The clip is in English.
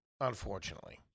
Unfortunately